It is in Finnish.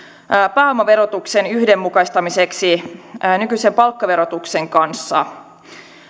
pääomaverotuksen yhdenmukaistamiseksi nykyisen palkkaverotuksen kanssa